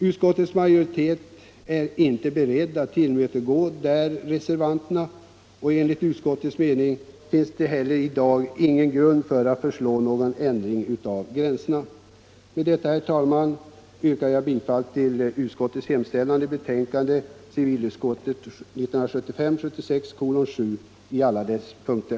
Utskottets majoritet har inte varit beredd att tillmötesgå reservanterna på den punkten, och enligt utskottets mening finns det i dag ingen anledning att föreslå någon ändring av gränserna. Herr talman! Med det anförda yrkar jag bifall till utskottets hemställan i civilutskottets betänkande 1975/76:7 i alla punkter.